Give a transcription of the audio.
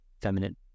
feminine